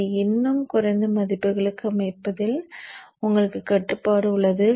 அதை இன்னும் குறைந்த மதிப்புகளுக்கு அமைப்பதில் உங்களுக்கு கட்டுப்பாடு உள்ளது